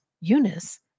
Eunice